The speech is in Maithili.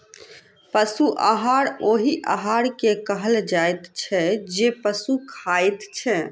पशु आहार ओहि आहार के कहल जाइत छै जे पशु खाइत छै